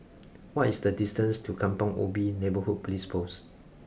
what is the distance to Kampong Ubi Neighbourhood Police Post